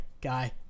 guy